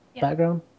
background